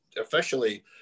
officially